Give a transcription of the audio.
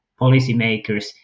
policymakers